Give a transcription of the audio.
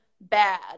bad